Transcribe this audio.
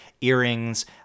earrings